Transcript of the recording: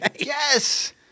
Yes